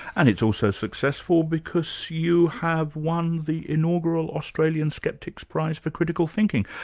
and it's also successful because you have won the inaugural australian skeptics prize for critical thinking.